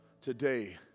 Today